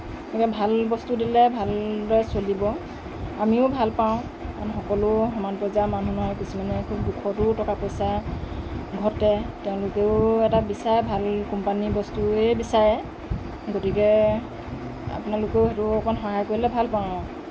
এনেকৈ ভাল বস্তু দিলে ভালদৰে চলিব আমিও ভাল পাওঁ কাৰণ সকলো সমান পৰ্যায়ৰ মানুহ নহয় কিছুমানে খুব দুখতো টকা পইচা ঘটে তেওঁলোকেও এটা বিচাৰে ভাল কোম্পানীৰ বস্তুৱেই বিচাৰে গতিকে আপোনালোকেও সেইটো অকনমান সহায় কৰিলে ভাল পাওঁ আৰু